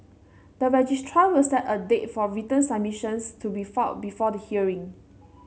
the registrar will set a date for written submissions to be filed before the hearing